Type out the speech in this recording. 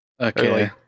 Okay